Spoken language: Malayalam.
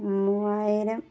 മൂവായിരം